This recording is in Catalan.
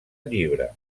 llibre